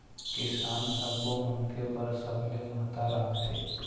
किसान सब्बो मनखे बर सबले महत्ता राखथे